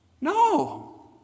No